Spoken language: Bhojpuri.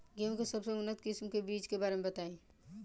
गेहूँ के सबसे उन्नत किस्म के बिज के बारे में बताई?